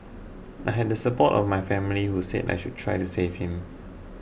I had the support of my family who said I should try to save him